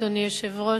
אדוני היושב-ראש,